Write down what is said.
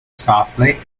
softly